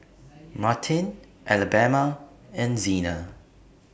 Martine Alabama and Zena